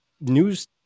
news